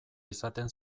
izaten